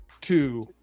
two